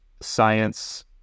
science